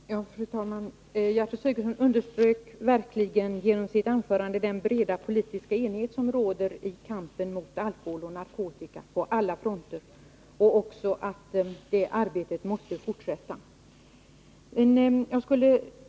Fru talman! Gertrud Sigurdsen underströk verkligen genom sitt anförande den breda politiska enighet som råder i kampen mot alkohol och narkotika på alla fronter liksom att det arbetet måste fortsätta.